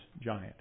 giant